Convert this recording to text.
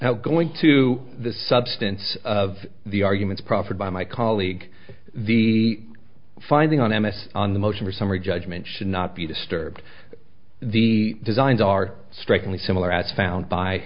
now going to the substance of the arguments proffered by my colleague the finding on m s on the motion for summary judgment should not be disturbed the designs are strikingly similar as found by